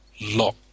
lot